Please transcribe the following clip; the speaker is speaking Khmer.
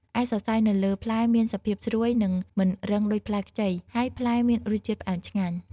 ឯសរសៃនៅលើផ្លែមានសភាពស្រួយនិងមិនរឹងដូចផ្លែខ្ចី ហើយផ្លែមានរសជាតិផ្អែមឆ្ងាញ់។